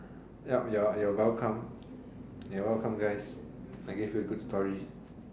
ya ya ya you're welcome you're welcome guys I gave you a good story